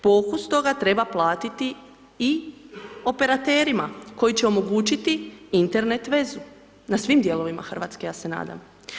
Pokus toga treba platiti i operaterima koji će omogućiti Internet vezu na svim dijelovima Hrvatske, ja se nadam.